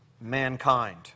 mankind